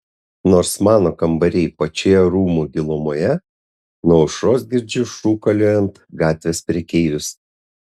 nors mano kambariai pačioje rūmų gilumoje nuo aušros girdžiu šūkaliojant gatvės prekeivius